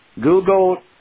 Google